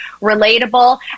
relatable